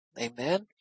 Amen